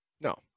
No